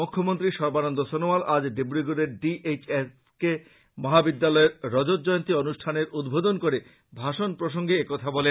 মুখ্যমন্ত্রী সর্বানন্দ সনোয়াল আজ ডিব্রগড়ের ডি এইচ এস কে মহাবিদ্যালয়ের রজত জয়ন্তী অনুষ্ঠানের উদ্বোধন করে ভাষন প্রসঙ্গে একথা জানান